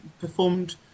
performed